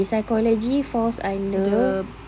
okay psychology falls under